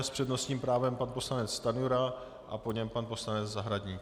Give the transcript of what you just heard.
S přednostním právem pan poslanec Stanjura a po něm pan poslanec Zahradník.